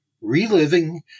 Reliving